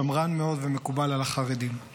שמרן מאוד ומקובל על החרדים.